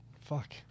fuck